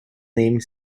name